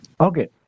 okay